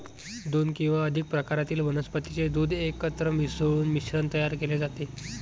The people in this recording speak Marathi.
दोन किंवा अधिक प्रकारातील वनस्पतीचे दूध एकत्र मिसळून मिश्रण तयार केले जाते